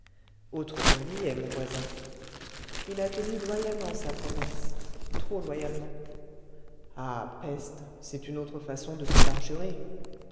autre bon billet mon voisin il a tenu loyalement sa promesse trop loyalement ah peste c'est une autre façon de se